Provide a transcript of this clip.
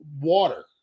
water